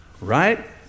Right